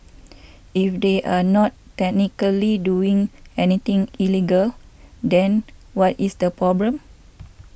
if they are not technically doing anything illegal then what is the problem